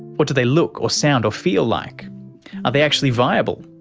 what do they look or sound or feel like? are they actually viable?